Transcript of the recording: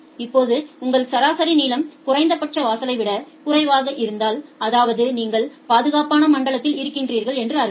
இப்போது உங்கள் சராசரி கியூ நீளம் குறைந்தபட்ச வாசலை விட குறைவாக இருந்தால் அதாவது நீங்கள் பாதுகாப்பான மண்டலத்தில் இருக்கிறீர்கள் என்று அர்த்தம்